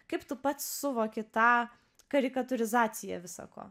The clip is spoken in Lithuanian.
kaip tu pats suvoki tą karikatūrizaciją visa ko